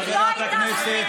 מילה אחת.